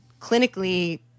clinically